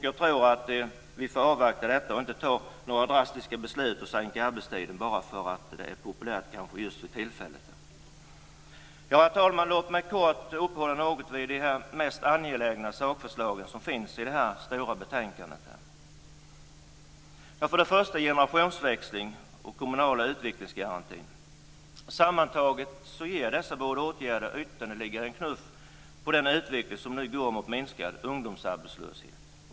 Jag tror att vi får avvakta detta och inte fatta några drastiska beslut om att minska arbetstiden bara därför att det är populärt just för tillfället. Herr talman! Låt mig kort uppehålla mig något vid de för mig mest angelägna sakförslag som behandlas i betänkandet. För det första generationsväxling och kommunal utvecklingsgaranti. Sammantaget ger dessa åtgärder ytterligare en knuff på den utveckling som nu går mot minskad ungdomsarbetslöshet.